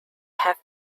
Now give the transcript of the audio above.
have